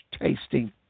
tasting